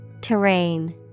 Terrain